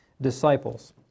disciples